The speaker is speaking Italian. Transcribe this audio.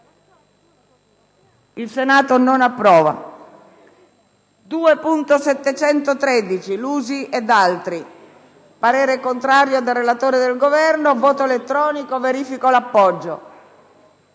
**Il Senato non approva.**